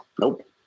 Nope